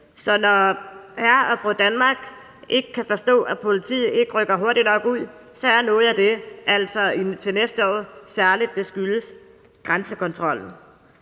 Så når hr. og fru Danmark til næste år ikke kan forstå, at politiet ikke rykker hurtigt nok ud, skyldes det særlig grænsekontrollen.